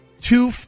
Two